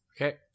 Okay